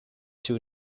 two